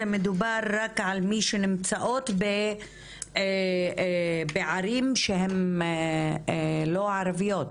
מדובר רק על מי שנמצאות בערים שהן לא ערביות.